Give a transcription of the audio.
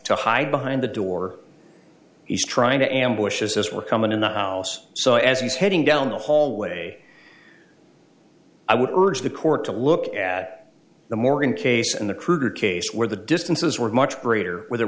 to hide behind the door he's trying to ambush as we're coming in the house so as he's heading down the hallway i would urge the court to look at the morgan case and the cruder case where the distances were much greater where there